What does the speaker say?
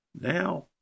Now